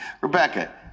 Rebecca